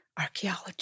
Archaeology